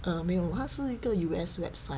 哦没有他是一个 U_S website